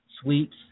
sweets